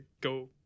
go